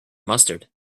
mustard